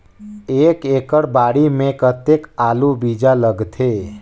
एक एकड़ बाड़ी मे कतेक आलू बीजा लगथे?